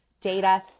data